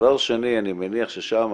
דבר שני, אני מניח ששם